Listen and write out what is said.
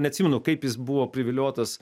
neatsimenu kaip jis buvo priviliotas